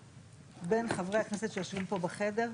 בין חברי הכנסת שיושבים פה בחדר,